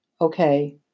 okay